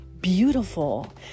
Beautiful